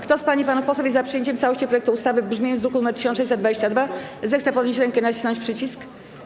Kto z pań i panów posłów jest za przyjęciem w całości projektu ustawy w brzmieniu z druku nr 1622, zechce podnieść rękę i nacisnąć przycisk.